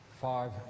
five